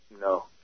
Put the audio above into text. No